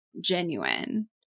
genuine